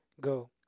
Go